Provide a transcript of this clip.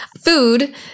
food